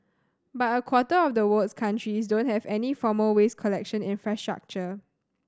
but a quarter of the world's countries don't have any formal waste collection infrastructure